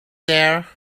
there